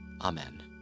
Amen